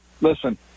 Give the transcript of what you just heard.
listen